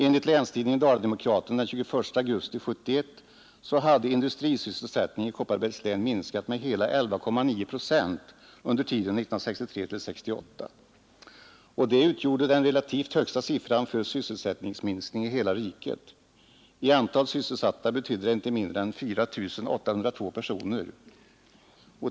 Enligt länstidningen Dala-Demokraten den 21 augusti 1971 hade industrisysselsättningen i Kopparbergs län minskat med hela 11,9 procent under tiden 1963—1968. Detta utgjorde den relativt högsta siffran för sysselsättningsminskning i hela riket. I antal sysselsatta betydde det inte mindre än 4 802 personer.